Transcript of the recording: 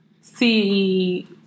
see